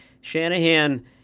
Shanahan